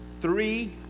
Three